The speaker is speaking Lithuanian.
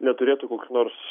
neturėtų koks nors